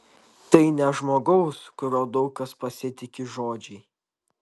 tai ne žmogaus kuriuo daug kas pasitiki žodžiai